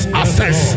access